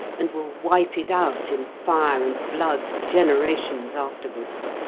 and will wipe it out in fire and blood generations afterwards.